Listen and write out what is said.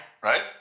Right